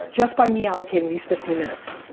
just by me allocating this fifteen minutes.